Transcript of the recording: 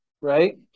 right